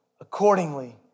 accordingly